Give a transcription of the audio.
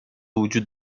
وجود